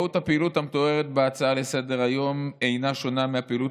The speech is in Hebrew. מהות הפעילות המתוארת בהצעה לסדר-היום אינה שונה מהפעילות